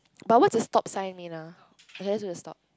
but what's the stop sign mean ah you guys will stop